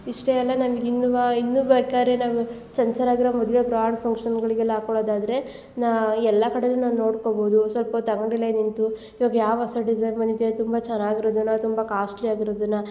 ಇಷ್ಟೇ ಅಲ್ಲ ನಮ್ಗೆ ಇನ್ನುವ ಇನ್ನು ಬೇಕಾದರೆ ನಾವು ಚನ್ ಚೆನ್ನಾಗಿರೋ ಮದುವೆ ಗ್ರ್ಯಾಂಡ್ ಫಂಕ್ಷನ್ಗಳಿಗೆಲ್ಲ ಹಾಕೊಳ್ಳೋದಾದರೆ ನಾ ಎಲ್ಲ ಕಡೆನು ನಾವು ನೋಡ್ಕೊಬೋದು ಸೊಲ್ಪ ಹೊತ್ತು ಅಂಗ್ಡಿಲೆ ನಿಂತು ಇವಾಗ ಯಾವ್ ಹೊಸ ಡಿಸೈನ್ ಬಂದಿದೆ ತುಂಬ ಚೆನ್ನಾಗಿರೋದನ ತುಂಬ ಕಾಸ್ಟ್ಲಿ ಆಗಿರೋದನ್ನ